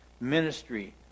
ministry